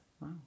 Wow